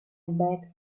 beg